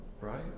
right